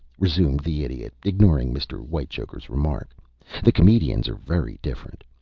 resumed the idiot, ignoring mr. whitechoker's remark the comedians are very different.